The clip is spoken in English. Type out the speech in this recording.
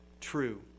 true